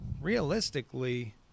realistically